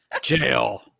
Jail